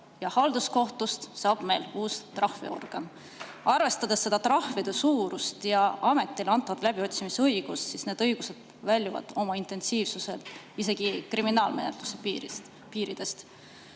ja halduskohtust saab uus trahviorgan. Arvestades nende trahvide suurust ja ametile antud läbiotsimisõigust, väljuvad need õigused oma intensiivsuselt isegi kriminaalmenetluse piiridest.